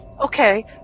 okay